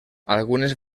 algunes